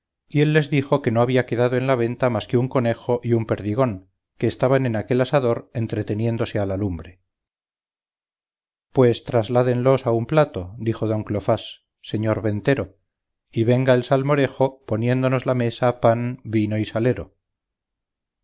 y él les dijo que no había quedado en la venta más que un conejo y un perdigón que estaban en aquel asador entreteniéndose a la lumbre pues trasládenlos a un plato dijo don cleofás señor ventero y venga el salmorejo poniéndonos la mesa pan vino y salero